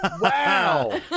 Wow